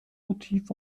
motiv